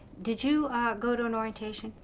did you go to an orientation?